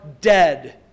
dead